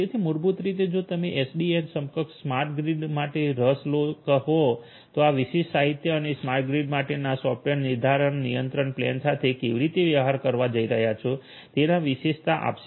તેથી મૂળભૂત રીતે જો તમને એસડીએન સક્ષમ સ્માર્ટ ગ્રીડ માટે રસ હોય તો આ વિશિષ્ટ સાહિત્ય તમને સ્માર્ટ ગ્રીડ માટેના સોફ્ટવેર નિર્ધારિત નિયંત્રણ પ્લેન સાથે કેવી રીતે વ્યવહાર કરવા જઈ રહ્યા છો તેના વિશેષતા આપશે